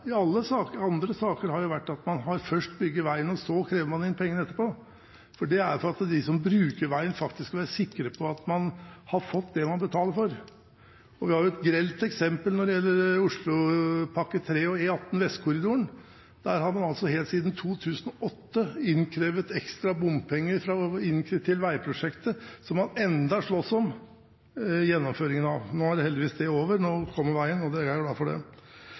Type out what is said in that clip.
er fordi de som bruker veien, skal være sikre på at man har fått det man betaler for. Vi har jo et grelt eksempel når det gjelder Oslopakke 3 og E18 Vestkorridoren. Der har man helt siden 2008 innkrevd ekstra bompenger til veiprosjektet, som man ennå slåss om gjennomføringen av. Nå er det heldigvis over, nå kommer veien, og jeg er glad for det.